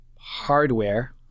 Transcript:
hardware